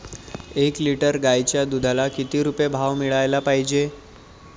एक लिटर गाईच्या दुधाला किती रुपये भाव मिळायले पाहिजे?